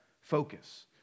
focus